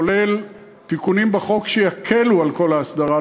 כולל תיקונים בחוק שיקלו את כל ההסדרה,